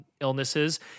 illnesses